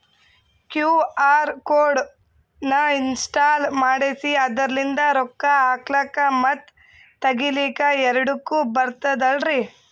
QR code ನ ಇನ್ಸ್ಟಾಲ ಮಾಡೆಸಿ ಅದರ್ಲಿಂದ ರೊಕ್ಕ ಹಾಕ್ಲಕ್ಕ ಮತ್ತ ತಗಿಲಕ ಎರಡುಕ್ಕು ಬರ್ತದಲ್ರಿ?